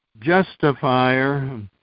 justifier